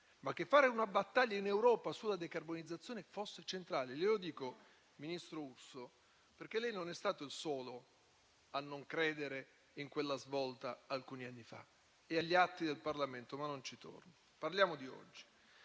ma che fare una battaglia in Europa sulla decarbonizzazione fosse centrale. Glielo dico, ministro Urso, perché lei non è stato il solo a non credere in quella svolta alcuni anni fa. È agli atti del Parlamento ma non ci torno. Parliamo di oggi.